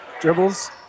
Dribbles